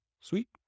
Sweet